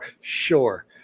Sure